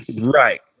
Right